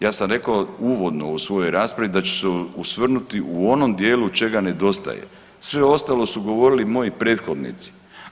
Ja sam rekao uvodno u svojoj raspravi da ću se osvrnuti u onom dijelu čega nedostaje, sve ostalo su govorili moji prethodnici.